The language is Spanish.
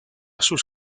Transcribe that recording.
sus